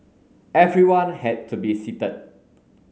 everyone had to be seated